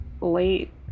late